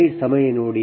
ಈಗ ಇದು 12 210